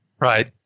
Right